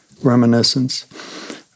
Reminiscence